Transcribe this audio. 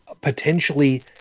potentially